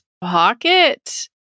pocket